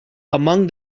among